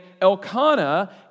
Elkanah